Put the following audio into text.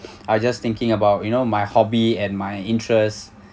I just thinking about you know my hobby and my interest